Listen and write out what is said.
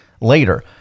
later